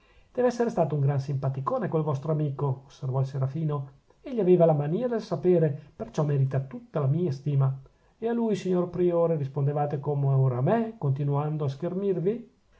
dev'essere stato un gran simpaticone quel vostro amico osservò il serafino egli aveva la manìa del sapere perciò merita tutta la mia stima e a lui signor priore rispondevate come ora a me continuando a schermirvi